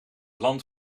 land